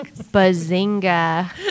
Bazinga